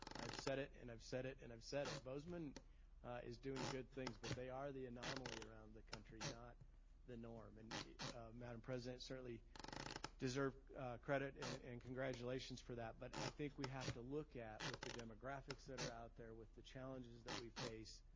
i've said it, and i've said it, and i've said it. bozeman is doing good things but they are the anomaly around the country, not the norm. madam president certainly deserved credit and and congratulations for that, but i think we have to look at with the demographics that are out there, with the challenges that we face,